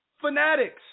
Fanatics